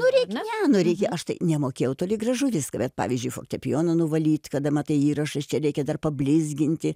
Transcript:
nu reik ne nu reikia aš tai nemokėjau toli gražu viską bet pavyzdžiui fortepijoną nuvalyt kada matai įrašais čia reikia dar pablizginti